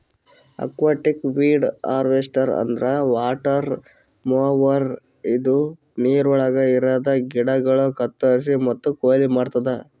aquatic weed harvester ಅಂದ್ರ water mower ಇದು ನೀರವಳಗ್ ಇರದ ಗಿಡಗೋಳು ಕತ್ತುರಸಿ ಮತ್ತ ಕೊಯ್ಲಿ ಮಾಡ್ತುದ